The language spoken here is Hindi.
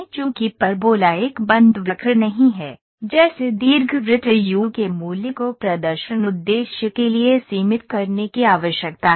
चूंकि परबोला एक बंद वक्र नहीं है जैसे दीर्घवृत्त यू के मूल्य को प्रदर्शन उद्देश्य के लिए सीमित करने की आवश्यकता है